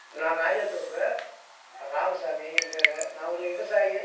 நான் ராஜாதோப்பு ராமசாமி என் பேர் நான் ஒரு விவசாயி